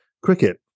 cricket